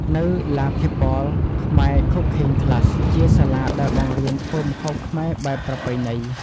នៅ La Table Khmere Cooking Class ជាសាលាដែលបង្រៀនធ្វើម្ហូបខ្មែរបែបប្រពៃណី ។